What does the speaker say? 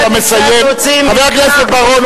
חבר הכנסת בר-און,